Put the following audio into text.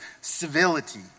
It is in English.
civility